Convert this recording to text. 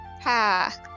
Ha